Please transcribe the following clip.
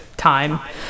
Time